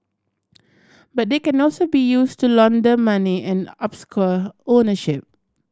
but they can also be used to launder money and obscure ownership